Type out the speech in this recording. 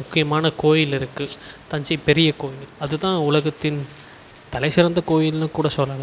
முக்கியமான கோயில் இருக்குது தஞ்சை பெரிய கோவில் அது தான் உலகத்தின் தலைசிறந்த கோவில்னு கூட சொல்லலாம்